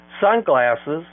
sunglasses